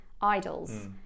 idols